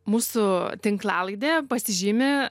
mūsų tinklalaidė pasižymi